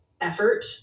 effort